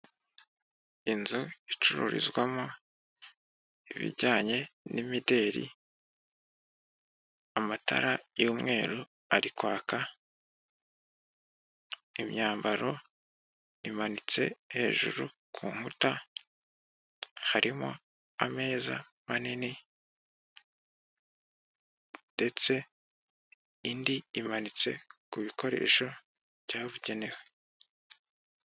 Inzu icururizwamo ibijyanye n'imideri, amatara y'umweru ari kwaka, imyambaro imanitse hejuru ku nkuta, harimo ameza manini ndetse indi imanitse ku bikoresho byabugenewe.